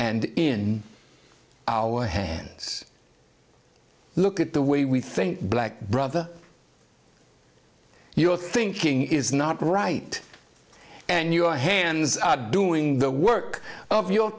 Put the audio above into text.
and in our hands look at the way we think black brother your thinking is not right and your hands are doing the work of your